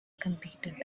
competent